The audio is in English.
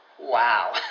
Wow